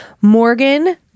Morgan